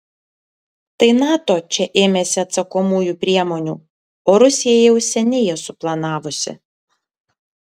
tai nato čia ėmėsi atsakomųjų priemonių o rusija jau seniai jas suplanavusi